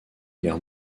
guerre